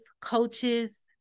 coaches